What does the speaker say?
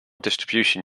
distribution